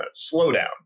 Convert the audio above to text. slowdown